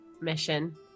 mission